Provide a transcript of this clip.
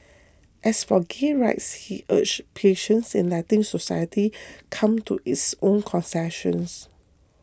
as for gay rights he urged patience in letting society come to its own consensus